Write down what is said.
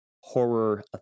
horror